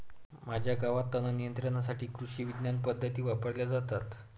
माझ्या गावात तणनियंत्रणासाठी कृषिविज्ञान पद्धती वापरल्या जातात